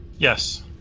Yes